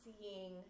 seeing